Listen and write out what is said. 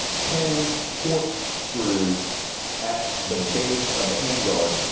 ten torques screws at the base of the handguard.